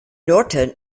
norton